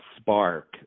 spark